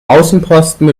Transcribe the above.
außenposten